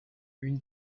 une